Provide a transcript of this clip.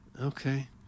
Okay